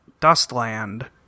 Dustland